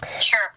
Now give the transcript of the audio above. Sure